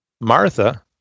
Martha